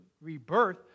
rebirth